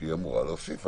שהיא אמורה להוסיף.